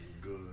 Good